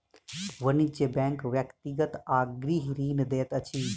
वाणिज्य बैंक व्यक्तिगत आ गृह ऋण दैत अछि